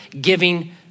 giving